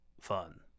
fun